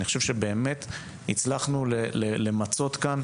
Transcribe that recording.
אני חושב שבאמת הצלחנו למצות כאן